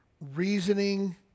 reasoning